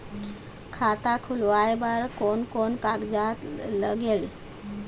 खाता खुलवाय बर कोन कोन कागजात लागेल?